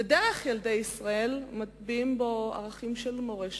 ודרך ילדי ישראל מטמיעים ערכים של מורשת,